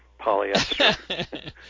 polyester